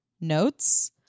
notes